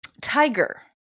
tiger